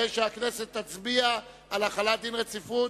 הרי שהכנסת תצביע על החלת דין רציפות